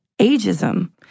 ageism